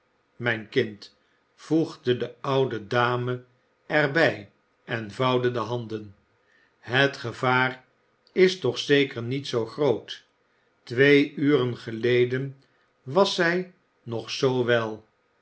mijn kind voegde de oude dame er bij en vouwde de handen het gevaar is toch zeker niet zoo groot twee uren geleden was zij nog zoo wel